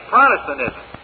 Protestantism